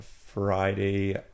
Friday